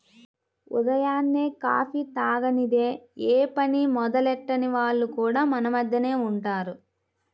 ఉదయాన్నే కాఫీ తాగనిదె యే పని మొదలెట్టని వాళ్లు కూడా మన మద్దెనే ఉంటారు